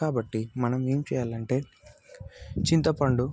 కాబట్టి మనం ఏం చేయాలంటే చింతపండు